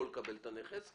לא לקבל את הנכס,